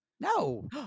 No